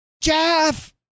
Jeff